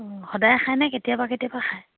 সদায় খায় নাই কেতিয়াবা কেতিয়াবা খায়